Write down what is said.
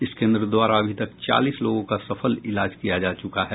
इस केन्द्र द्वारा अभी तक चालीस लोगों का सफल इलाज किया जा चुका है